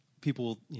people